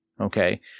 okay